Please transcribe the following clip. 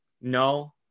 no